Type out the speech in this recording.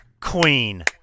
queen